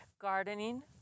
gardening